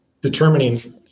determining